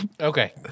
Okay